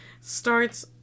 starts